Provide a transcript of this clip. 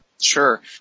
Sure